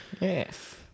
Yes